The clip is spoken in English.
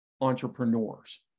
entrepreneurs